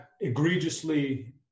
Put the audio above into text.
egregiously